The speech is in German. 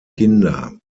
kinder